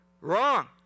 Wrong